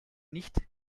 nicht